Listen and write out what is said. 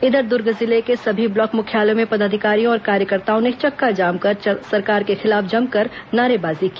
इधर दूर्ग जिले के सभी ब्लॉक मुख्यालयों में पदाधिकारियों और कार्यकर्ताओं ने चक्काजाम कर सरकार के खिलाफ जमकर नारेबाजी की